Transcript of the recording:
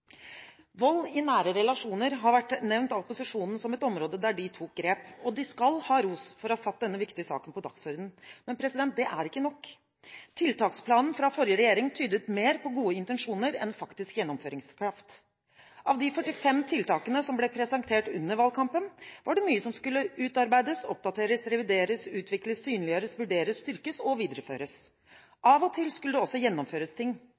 Vold i nære relasjoner har vært nevnt av opposisjonen som et område der de tok grep. De skal ha ros for å ha satt denne viktige saken på dagsordenen, men det er ikke nok. Tiltaksplanen fra forrige regjering tydet mer på gode intensjoner enn på faktisk gjennomføringskraft. Av de 45 tiltakene som ble presentert under valgkampen, var det mye som skulle utarbeides, oppdateres, revideres, utvikles, synliggjøres, vurderes, styrkes og videreføres. Av og til skulle det også gjennomføres ting,